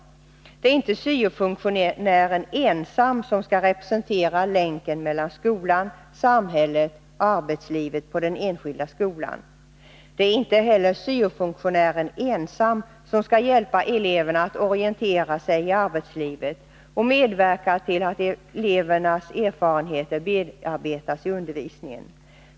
Det är inte syo-funktionären som ensam skall representera länken mellan skolan, samhället och arbetslivet på den enskilda skolan. —-—-—- Det är inte heller syo-funktionären ensam som skall hjälpa eleverna att orientera sig i arbetslivet och medverka till att elevernas erfarenheter bearbetas i undervisningen.